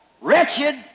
wretched